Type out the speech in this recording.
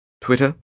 Twitter